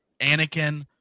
anakin